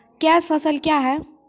Cash फसल क्या हैं?